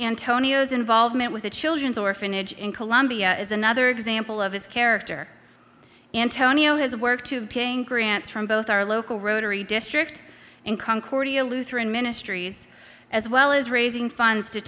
antonio's involvement with the children's orphanage in colombia is another example of his character antonio has work to grants from both our local rotary district and concordia lutheran ministries as well as raising funds to